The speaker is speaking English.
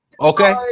okay